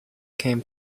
come